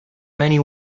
many